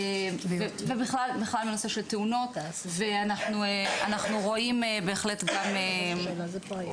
ובכלל בנושא של תאונות ואנחנו רואים בהחלט גם